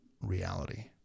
reality